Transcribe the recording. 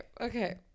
okay